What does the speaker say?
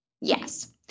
Yes